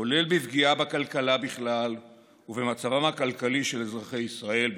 כולל בפגיעה בכלכלה בכלל ובמצבם הכלכלי של אזרחי ישראל בפרט.